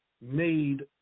made